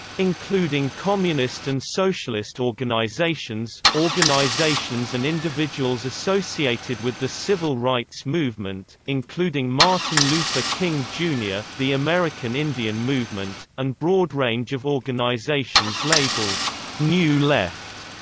including communist and socialist organizations organizations and individuals associated with the civil rights movement, including martin luther king, jr. the american indian movement and broad range of organizations labeled new left,